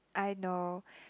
I know